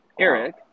eric